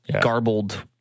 garbled